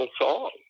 song